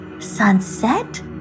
Sunset